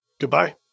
Goodbye